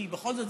כי בכל זאת,